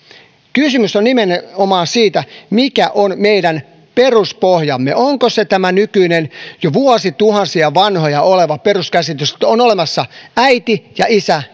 kysymys on nimenomaan siitä mikä on meidän peruspohjamme onko se tämä nykyinen jo vuosituhansia vanha peruskäsitys että on olemassa äiti ja isä